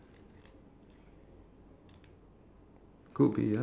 but uh easier to stack multiple then like